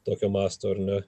tokio masto ar ne